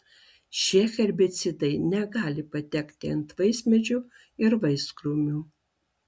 šie herbicidai negali patekti ant vaismedžių ar vaiskrūmių